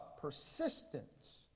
persistence